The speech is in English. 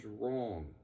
wrong